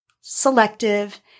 selective